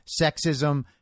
sexism